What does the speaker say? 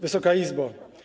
Wysoka Izbo!